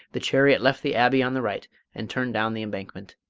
the chariot left the abbey on the right and turned down the embankment.